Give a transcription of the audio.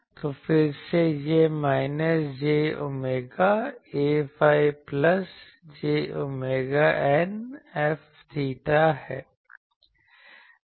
तो फिर से यह minus j omega Aϕ plus j omega η F𝚹 है